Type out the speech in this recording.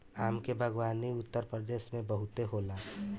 आम के बागवानी उत्तरप्रदेश में बहुते होला